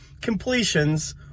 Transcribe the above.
completions